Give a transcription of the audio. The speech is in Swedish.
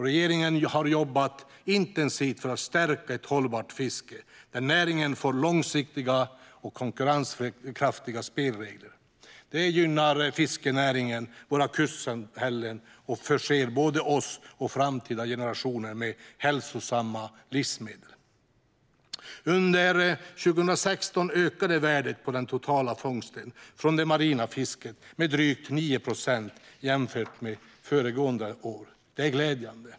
Regeringen har jobbat intensivt för att stärka ett hållbart fiske där näringen får långsiktiga och konkurrenskraftiga spelregler. Det gynnar fiskenäringen och våra kustsamhällen och förser både oss och framtida generationer med hälsosamma livsmedel. Under 2016 ökade värdet av den totala fångsten från det marina fisket med drygt 9 procent jämfört med föregående år. Det är glädjande.